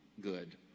good